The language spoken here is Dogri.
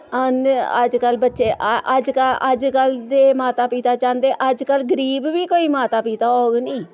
हां ते अज्जकल बच्चे अज्जकल अज्जकल दे माता पिता चाहन्दे अज्जकल गरीब बी कोई माता पिता होग नि